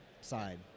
side